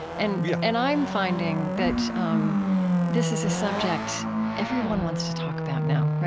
and yeah and i'm finding that um this is a subject everyone wants to talk about now,